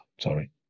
sorry